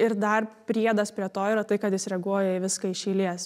ir dar priedas prie to yra tai kad jis reaguoja į viską iš eilės